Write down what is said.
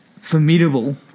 formidable